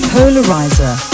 Polarizer